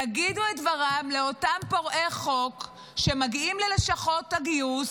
יגידו את דברם לאותם פורעי חוק שמגיעים ללשכות הגיוס,